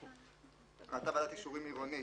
"ראתה ועדת אישורים עירונית,